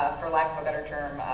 for lack of a better term,